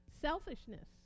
Selfishness